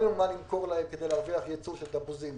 לנו מה למכור להם כדי להרוויח ייצוא של תפוזים.